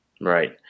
Right